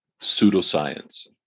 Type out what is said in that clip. pseudoscience